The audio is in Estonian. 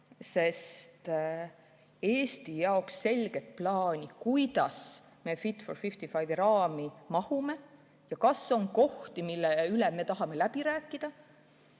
sest Eesti jaoks on vaja selget plaani, kuidas me "Fit for 55" raami mahume ja kas on kohti, mille üle me tahame läbi rääkida.